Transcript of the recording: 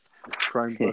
Crime